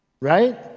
Right